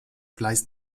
gleis